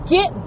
Get